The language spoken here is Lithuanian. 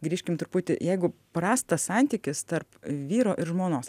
grįžkim truputį jeigu prastas santykis tarp vyro ir žmonos